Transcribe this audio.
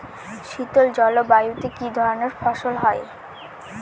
শীতল জলবায়ুতে কি ধরনের ফসল হয়?